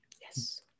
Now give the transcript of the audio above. yes